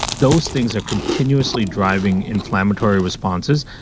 those things are continuously driving inflammatory responses,